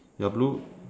your blue